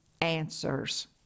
answers